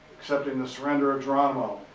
accepting the surrender of geronimo.